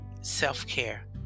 Self-care